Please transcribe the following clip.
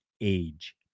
age